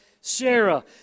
Sarah